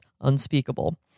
unspeakable